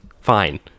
fine